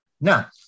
Now